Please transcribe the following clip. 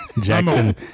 Jackson